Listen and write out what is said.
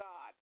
God